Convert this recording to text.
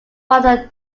mother